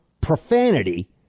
profanity